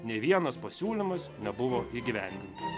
nei vienas pasiūlymas nebuvo įgyvendintas